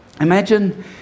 Imagine